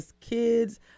kids